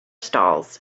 stalls